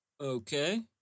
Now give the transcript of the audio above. Okay